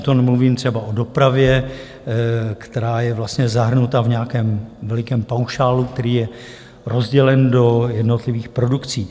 To nemluvím třeba o dopravě, která je vlastně zahrnuta v nějakém velikém paušálu, který je rozdělen do jednotlivých produkcí.